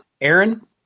Aaron